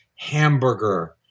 hamburger